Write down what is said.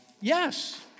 Yes